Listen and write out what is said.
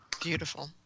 Beautiful